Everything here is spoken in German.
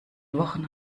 wochen